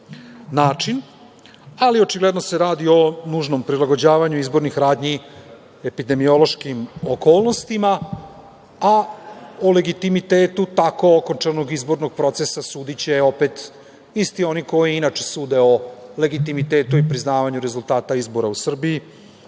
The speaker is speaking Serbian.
način, ali očigledno se radi o nužnom prilagođavanju izbornih radnji epidemiološkim okolnostima, a o legitimitetu tako okončanog izbornog procesa sudiće opet isti oni koji inače sude o legitimitetu i priznavanju rezultata izbora u Srbiji,